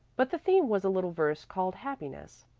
but the theme was a little verse called happiness.